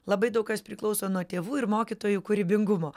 labai daug kas priklauso nuo tėvų ir mokytojų kūrybingumo